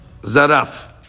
Zaraf